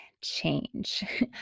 change